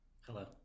Hello